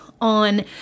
on